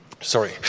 Sorry